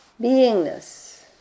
beingness